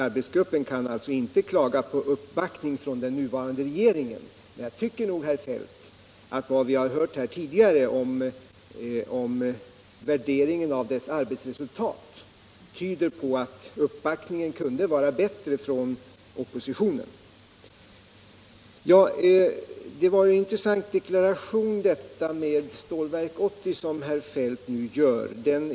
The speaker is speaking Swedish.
Arbetsgruppen Om åtgärder för att kan alltså inte klaga på uppbackningen från den nuvarande regeringen. säkra sysselsätt Men jag tycker nog, herr Feldt, att vad vi har hört här tidigare om er — ningen inom värdering av dess arbetsresultat tyder på att uppbackningen kunde vara = järn och stålindubättre från oppositionen. strin, m.m. Det var en intressant deklaration om Stålverk 80 som herr Feldt gjorde.